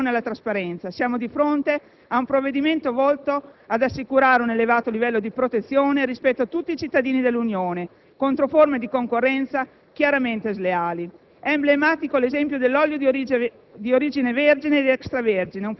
ma nell'ambito del diritto all'informazione e alla trasparenza. Siamo di fronte a un provvedimento volto ad assicurare un elevato livello di protezione rispetto a tutti i cittadini dell'Unione contro forme di concorrenza chiaramente sleali. È emblematico l'esempio dell'olio d'oliva